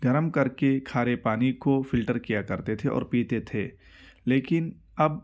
گرم کرکے کھارے پانی کو فلٹر کیا کرتے تھے اور پیتے تھے لیکن اب